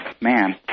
man